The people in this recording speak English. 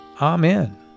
Amen